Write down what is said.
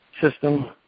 system